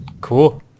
cool